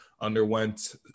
underwent